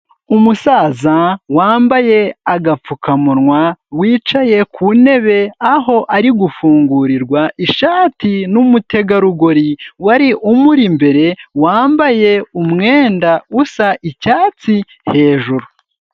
Umusaza wambaye agapfukamunwa, wicaye ku ntebe aho ari gufungurirwa ishati n'umutegarugori wari umuri imbere, wambaye umwenda usa icyatsi hejuru.